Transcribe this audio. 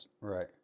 right